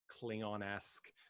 Klingon-esque